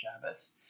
Shabbos